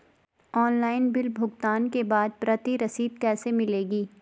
Online bill भुगतान के बाद प्रति रसीद कैसे मिलेगी?